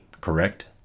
correct